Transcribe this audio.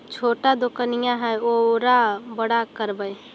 छोटा दोकनिया है ओरा बड़ा करवै?